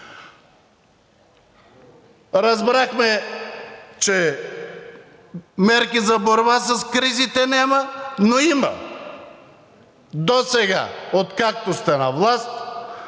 Разбрахме, че мерки за борба с кризите няма, но има досега, откакто сте на власт,